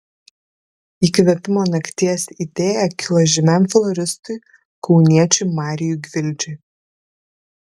įkvėpimo nakties idėja kilo žymiam floristui kauniečiui marijui gvildžiui